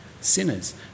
sinners